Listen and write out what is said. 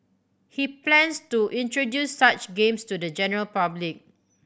he plans to introduce such games to the general public